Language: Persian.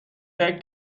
فکر